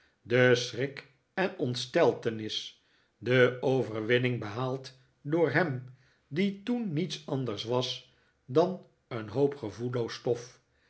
den schrik en de ontsteltenis de overwinning behaald door hem die toen niets anders was dan een hoop gevoelloos stof